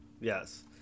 Yes